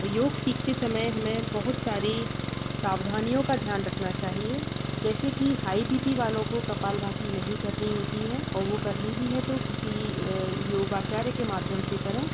योग सीखते समय हमे बहुत सारी सावधानियों का ध्यान रखना चाहिए जैसे की हाई बी पी वालों को कपालभाति नहीं करनी होती है और वह करनी भी है तो किसी योगाचार्य के माध्यम से करें